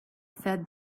fed